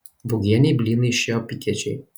būgienei blynai išėjo apykiečiai